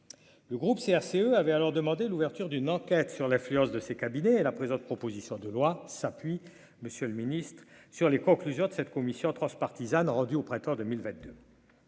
le groupe CRCE avait alors demandé l'ouverture d'une. Enquête sur l'affluence de ces cabinets et la présente proposition de loi s'appuie, Monsieur le Ministre, sur les conclusions de cette commission transpartisane, rendu au printemps 2022.